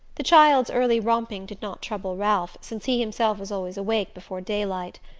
the child's early romping did not trouble ralph, since he himself was always awake before daylight.